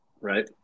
right